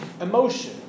emotion